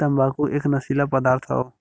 तम्बाकू एक नसीला पदार्थ हौ